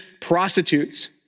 prostitutes